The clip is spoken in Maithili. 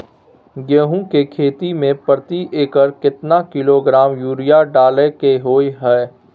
गेहूं के खेती में प्रति एकर केतना किलोग्राम यूरिया डालय के होय हय?